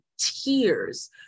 tears